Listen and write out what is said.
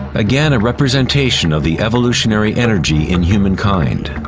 again, a representation of the evolutionary energy in humankind.